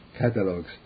catalogs